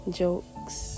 jokes